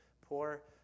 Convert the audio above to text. Poor